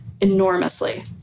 enormously